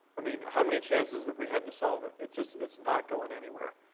i mean, how many changes have we had to solve it? it just it's not going anywhere.